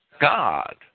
God